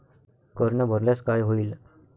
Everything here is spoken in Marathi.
कर न भरल्यास काय होईल?